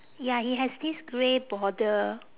ya it has this grey border